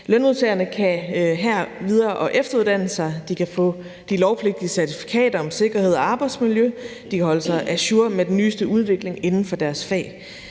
Lønmodtagerne kan efter- og videreuddanne sig, de kan få de lovpligtige certifikater om sikkerhed og arbejdsmiljø, og de kan holde sig ajour med den nyeste udvikling inden for deres fag.